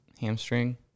Hamstring